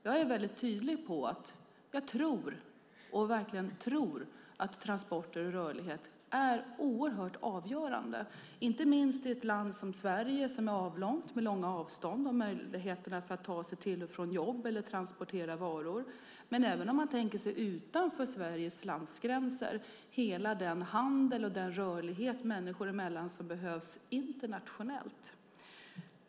Jag är väldigt tydlig med att jag verkligen tror att transporter och rörlighet är oerhört avgörande, inte minst i ett land som Sverige, som är avlångt med långa avstånd och möjlighet att ta sig till och från jobb eller transportera varor, men även när man tänker sig utanför Sveriges lands gränser, med hela den handel och den rörlighet människor emellan som behövs internationellt.